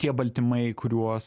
tie baltymai kuriuos